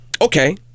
Okay